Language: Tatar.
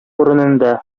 урынында